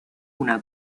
una